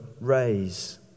raise